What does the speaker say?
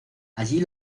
allí